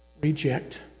reject